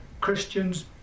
Christians